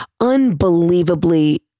unbelievably